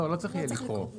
לא יהיה צריך לקרוא.